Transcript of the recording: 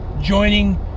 joining